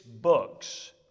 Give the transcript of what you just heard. books